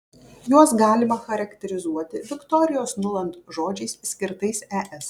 juos galima charakterizuoti viktorijos nuland žodžiais skirtais es